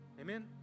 Amen